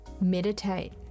Meditate